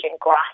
grass